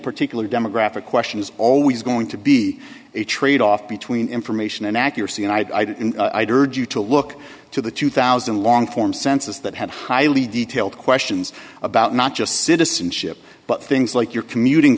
particular demographic question is always going to be a trade off between information and accuracy and i did in to look to the two thousand long form census that had highly detailed questions about not just citizenship but things like your commuting